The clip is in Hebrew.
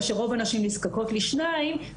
כשרוב הנשים נזקקות לשניים,